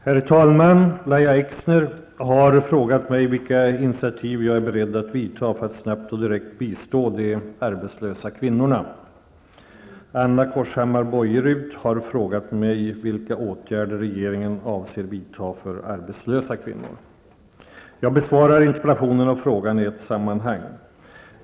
Herr talman! Lahja Exner har frågat mig vilka initiativ jag är beredd att vidta för att snabbt och direkt bistå de arbetslösa kvinnorna. Jag besvarar interpellationen och frågan i ett sammanhang.